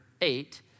eight